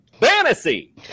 Fantasy